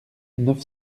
neuf